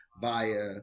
via